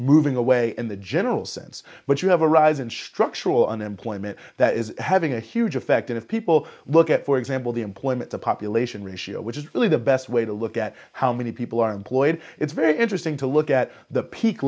moving away in the general sense but you have a rise in structural unemployment that is having a huge effect of people look at for example the employment to population ratio which is really the best way to look at how many people are employed it's very interesting to look at the peak